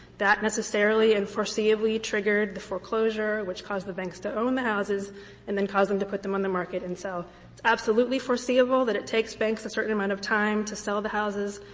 that necessarily and foreseeably triggered the foreclosure, which caused the banks to own the houses and then caused them to put them on the market and sell. it's absolutely foreseeable that it takes banks a certain amount of time to sell the houses,